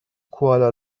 کوالا